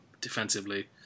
defensively